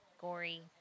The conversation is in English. gory